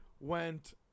went